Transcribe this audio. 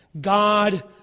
God